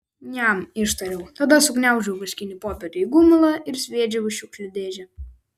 niam ištariau tada sugniaužiau vaškinį popierių į gumulą ir sviedžiau į šiukšlių dėžę